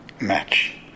Match